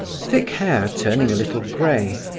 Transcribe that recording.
thick hair turning a little grey,